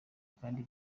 kandi